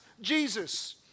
Jesus